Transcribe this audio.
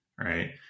right